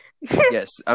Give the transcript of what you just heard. Yes